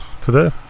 today